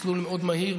מסלול מאוד מהיר,